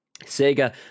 sega